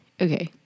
okay